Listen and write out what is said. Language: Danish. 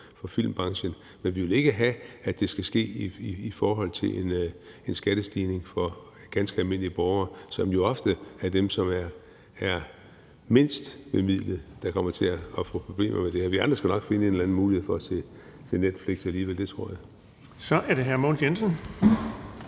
det hele taget, men vi vil ikke have, at det skal ske med baggrund i en skattestigning for ganske almindelige borgere, hvor det jo ofte er dem, der er mindst bemidlede, som kommer til at få problemer med det her. Vi andre skal nok finde en eller anden mulighed for at se Netflix alligevel – det tror jeg. Kl. 10:52 Den fg.